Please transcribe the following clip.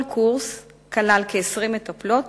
כל קורס כלל כ-20 מטפלות,